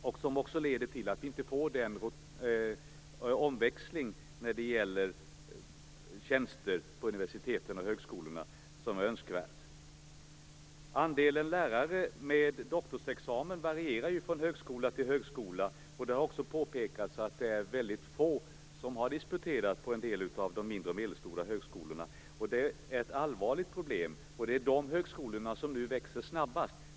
Det leder också till att vi inte får den omväxling när det gäller tjänster på universitet och högskolor som är önskvärd. Andelen lärare med doktorsexamen varierar från högskola till högskola, och det har också påpekats att det är väldigt få som har disputerat på en del av de mindre och medelstora högskolorna. Det är ett allvarligt problem. Det är de högskolorna som nu växer snabbast.